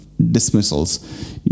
dismissals